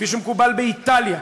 כפי שמקובל באיטליה,